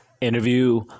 Interview